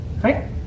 Right